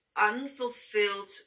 unfulfilled